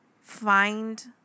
find